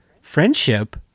Friendship